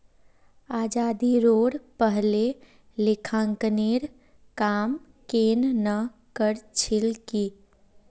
आज़ादीरोर पहले लेखांकनेर काम केन न कर छिल की